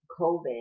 COVID